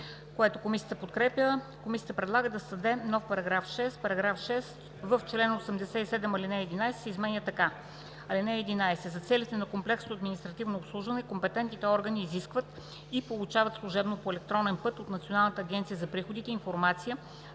Комисията предлага да се създаде нов § 6: „§ 6. В чл. 87 ал. 11 се изменя така: „(11) За целите на комплексното административно обслужване компетентните органи изискват и получават служебно по електронен път от Националната агенция за приходите информация